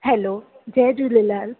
hello जय झूलेलाल